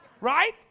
Right